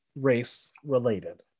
race-related